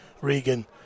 Regan